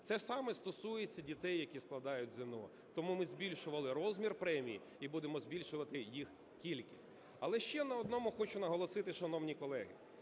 Це саме стосується дітей, які складають ЗНО. Тому ми збільшували розмір премій і будемо збільшувати їх кількість. Але ще на одному хочу наголосити, шановні колеги.